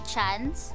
chance